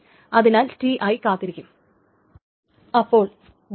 അതിനാൽ Ti കാത്തിരിക്കും അപ്പോൾ ഗ്രാഫ്